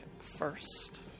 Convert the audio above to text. first